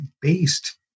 based